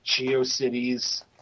GeoCities